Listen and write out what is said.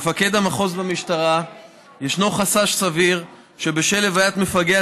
למפקד מחוז במשטרה יש חשש סביר שבשל הלוויית מפגע